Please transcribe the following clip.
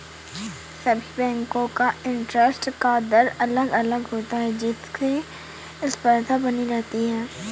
सभी बेंको का इंटरेस्ट का दर अलग अलग होता है जिससे स्पर्धा बनी रहती है